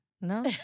No